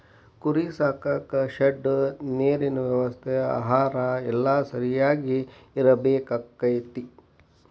ಕುರಿ ಸಾಕಾಕ ಶೆಡ್ ನೇರಿನ ವ್ಯವಸ್ಥೆ ಆಹಾರಾ ಎಲ್ಲಾ ಸರಿಯಾಗಿ ಇರಬೇಕಕ್ಕತಿ